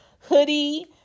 Hoodie